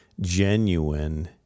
genuine